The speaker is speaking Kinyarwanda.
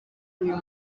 uyu